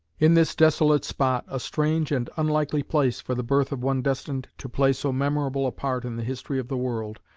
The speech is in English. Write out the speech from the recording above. in this desolate spot, a strange and unlikely place for the birth of one destined to play so memorable a part in the history of the world,